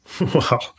Wow